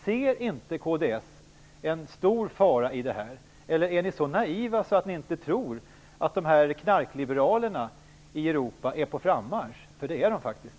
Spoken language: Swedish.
Ser inte kds en stor fara i detta, eller är ni så naiva att ni inte tror att knarkliberalerna i Europa är på frammarsch? Det är de faktiskt.